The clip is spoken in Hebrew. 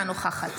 אינה נוכחת